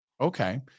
Okay